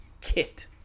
Kit